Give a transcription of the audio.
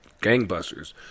gangbusters